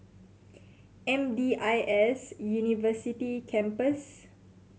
M D I S University Campus